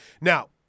Now